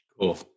Cool